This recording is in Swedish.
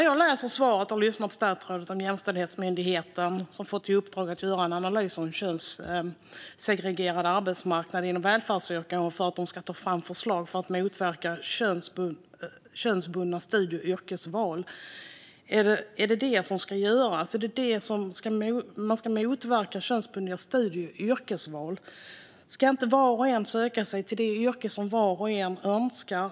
Jag lyssnar på statsrådets svar om att Jämställdhetsmyndigheten fått i uppdrag att göra en analys av den könssegregerade arbetsmarknaden inom välfärdsyrken och att de ska ta fram förslag för att motverka könsbundna studie och yrkesval. Ska det motverka könsbundna studie och yrkesval? Ska inte var och en söka sig till det yrke som var och en önskar?